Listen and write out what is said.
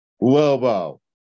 Lobo